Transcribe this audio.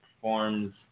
forms